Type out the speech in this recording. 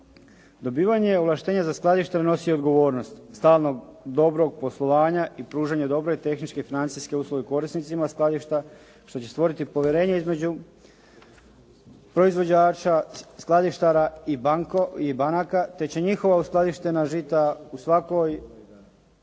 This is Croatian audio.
Dobivanje ovlaštenja za skladištenje novi odgovornost stalnog dobrog poslovanja i pružanja dobre i tehničke i financijske usluge korisnicima skladišta što će stvoriti povjerenje između proizvođača, skladištara i banaka te će njihova uskladištena žita u svakoj,